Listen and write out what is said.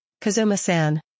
Kazuma-san